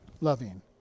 loving